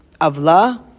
avla